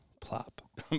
Plop